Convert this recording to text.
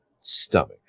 stomach